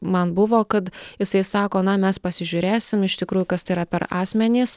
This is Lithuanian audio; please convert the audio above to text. man buvo kad jisai sako na mes pasižiūrėsim iš tikrųjų kas tai yra per asmenys